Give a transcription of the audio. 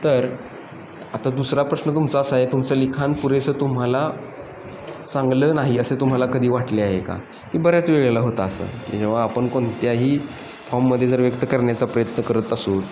तर आता दुसरा प्रश्न तुमचा असा आहे तुमचं लिखाण पुरेसं तुम्हाला चांगलं नाही असे तुम्हाला कधी वाटले आहे का की बऱ्याच वेळेला होतं असं जेव्हा आपण कोणत्याही फॉर्ममध्ये जर व्यक्त करण्याचा प्रयत्न करत असू